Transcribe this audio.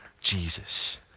Jesus